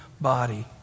body